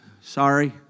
Sorry